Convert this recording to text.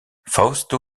fausto